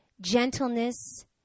gentleness